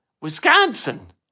Wisconsin